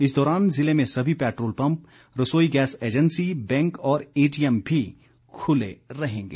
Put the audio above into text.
इस दौरान ज़िले में सभी पैट्रोल पम्प रसोई गैस एजेंसी बैंक और एटीएम भी खुले रहेंगे